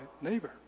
neighbor